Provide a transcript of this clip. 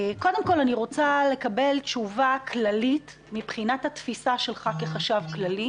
קודם כול אני רוצה לקבל תשובה כללית מבחינת תפיסתך כחשב כללי